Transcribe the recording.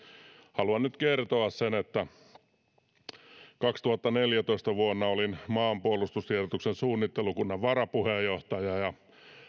haluan nyt kertoa sen että vuonna kaksituhattaneljätoista olin maanpuolustustiedotuksen suunnittelukunnan varapuheenjohtaja ja